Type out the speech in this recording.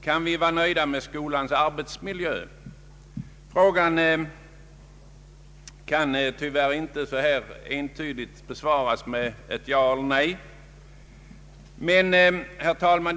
Kan vi vara nöjda med skolans arbetsmiljö? Frågan kan tyvärr inte entydigt besvaras med ett ja eller ett nej.